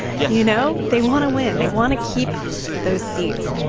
yeah you know? they want to win. they want to keep those seats.